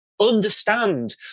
understand